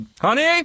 honey